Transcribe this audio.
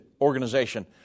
Organization